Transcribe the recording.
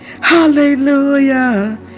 Hallelujah